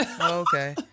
Okay